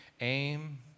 aim